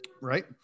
right